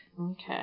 Okay